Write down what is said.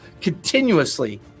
continuously